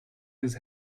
his